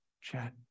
chat